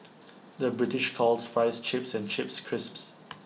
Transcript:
the British calls Fries Chips and Chips Crisps